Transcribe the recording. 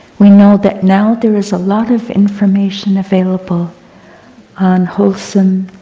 we know that now there is a lot of information available on wholesome,